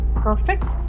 Perfect